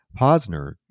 Posner